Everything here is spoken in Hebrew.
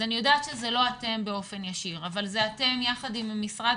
אני יודעת שזה לא אתם באופן ישיר אבל זה אתם יחד עם משרד